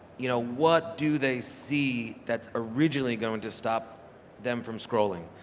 you know, what do they see that's originally going to stop them from scrolling?